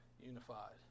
unified